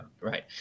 right